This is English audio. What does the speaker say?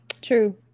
True